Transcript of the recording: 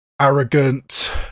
Arrogant